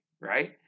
right